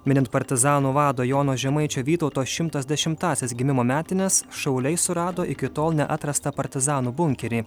minint partizanų vado jono žemaičio vytauto šimtas dešimąsias gimimo metines šauliai surado iki tol neatrastą partizanų bunkerį